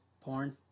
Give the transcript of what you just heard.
Porn